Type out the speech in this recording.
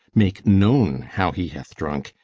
make known how he hath drunk,